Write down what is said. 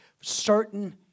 certain